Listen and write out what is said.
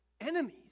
enemies